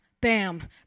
bam